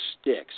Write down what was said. sticks